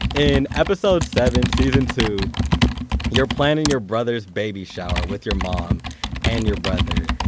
in episode seven, season two you're planning your brother's baby shower with your mom and your brother.